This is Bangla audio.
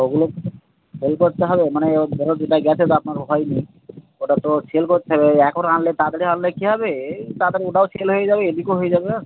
ওগুলো সেল করতে হবে মানে ও ধরো যেটায় গিয়েছে ওটা আপনার হয়নি ওটা তো সেল করতে হবে ওই এখন আনলে তাড়াতাড়ি আনলে কী হবে এই তাড়াতাড়ি ওটাও সেল হয়ে যাবে এদিকেও হয়ে যাবে আর